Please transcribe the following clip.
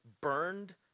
burned